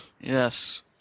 Yes